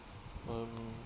um